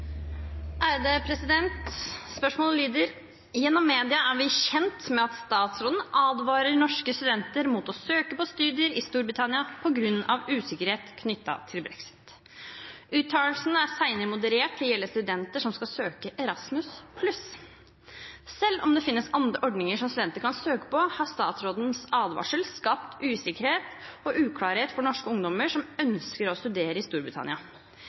på grunn av usikkerhet knyttet til brexit. Uttalelsen er senere moderert til å gjelde studenter som skal søke Erasmus+. Selv om det finnes andre ordninger som studenter kan søke på, har statsrådens advarsel skapt usikkerhet og uklarhet for norske ungdommer som ønsker å studere i Storbritannia.Vil regjeringen ta initiativ til bilaterale avtaler for å videreføre studentutvekslingen mellom Norge og Storbritannia?»